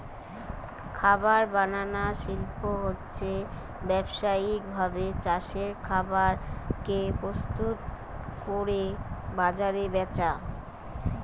খাবার বানানার শিল্প হচ্ছে ব্যাবসায়িক ভাবে চাষের খাবার কে প্রস্তুত কোরে বাজারে বেচা